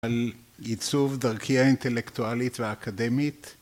‫על ייצוב דרכי האינטלקטואלית ‫והאקדמית.